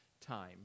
time